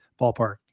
ballpark